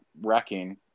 wrecking